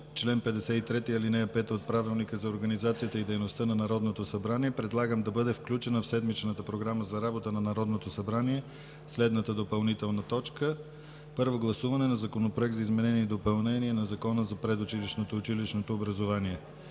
чл. 53, ал. 5 от Правилника за организацията и дейността на Народното събрание предлагам да бъде включена в седмичната Програма за работа на Народното събрание следната допълнителна точка: Първо гласуване на Законопроект за изменение и допълнение на Закона за предучилищното и училищното образование.